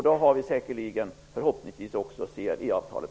Då har vi förhoppningsvis också CFE-avtalet.